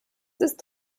ist